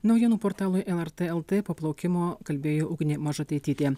naujienų portalui lrt lt po plaukimo kalbėjo ugnė mažutaitytė